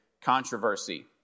controversy